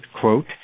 quote